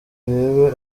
urebe